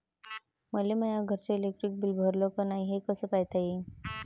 मले माया घरचं इलेक्ट्रिक बिल भरलं का नाय, हे कस पायता येईन?